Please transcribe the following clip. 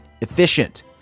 Efficient